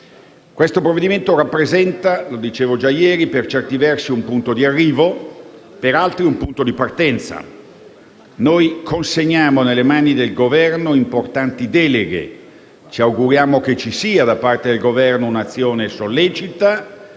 Questo provvedimento rappresenta - lo dicevo già ieri - per certi versi un punto di arrivo, per altri un punto di partenza. Consegniamo nelle mani del Governo importanti deleghe e ci auguriamo che ci sia, da parte del Governo, un’azione sollecita